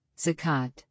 zakat